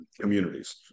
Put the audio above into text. communities